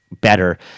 better